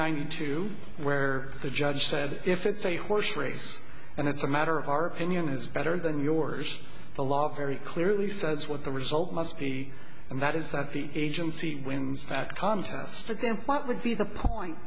ninety two where the judge said if it's a horse race and it's a matter of our union is better than yours the law very clearly says what the result must be and that is that the agency wins that contest again what would be the point